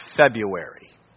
February